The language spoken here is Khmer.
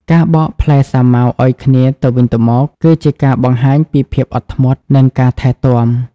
ការបកផ្លែសាវម៉ាវឱ្យគ្នាទៅវិញទៅមក គឺជាការបង្ហាញពីភាពអត់ធ្មត់ និងការថែទាំ។